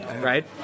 right